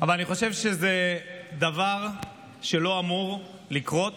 אבל אני חושב שזה דבר שלא אמור לקרות